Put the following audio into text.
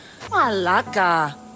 Malaka